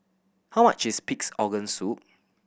how much is Pig's Organ Soup